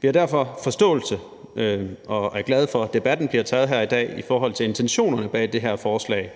Vi har derfor forståelse for intentionerne bag det her forslag